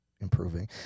improving